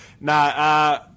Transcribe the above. Nah